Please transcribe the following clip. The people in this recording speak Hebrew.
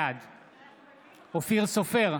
בעד אופיר סופר,